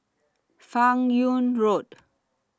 fan Yoong Road